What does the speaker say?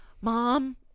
Mom